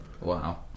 wow